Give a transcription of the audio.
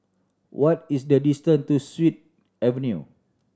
what is the distant to Sut Avenue